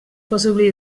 possibly